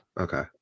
okay